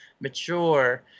mature